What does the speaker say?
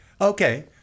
Okay